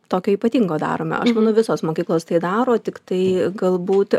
tokio ypatingo darome aš manau visos mokyklos tai daro tiktai galbūt